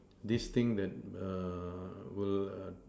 these things that err will err